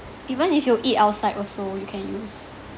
even if you eat outside also you can use